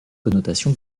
connotation